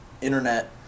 internet